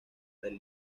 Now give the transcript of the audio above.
del